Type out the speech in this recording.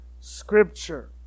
Scripture